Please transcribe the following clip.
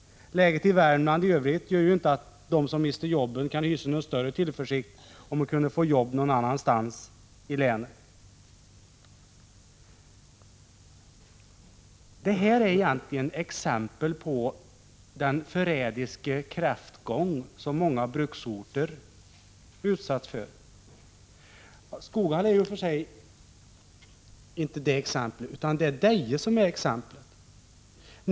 Läget i Värmland i övrigt gör ju inte att de som mister jobben kan hysa någon större tillförsikt om att få jobb någon annanstans i länet. Detta är exempel på den förrädiska kräftgång som många bruksorter har utsatts för.